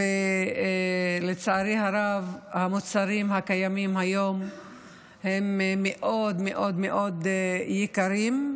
ולצערי הרב המוצרים הקיימים היום הם מאוד מאוד מאוד יקרים,